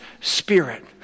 spirit